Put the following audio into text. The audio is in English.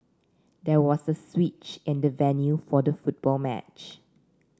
there was a switch in the venue for the football match